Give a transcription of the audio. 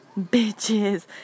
bitches